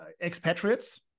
expatriates